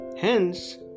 Hence